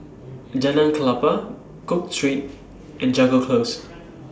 Jalan Klapa Cook Street and Jago Close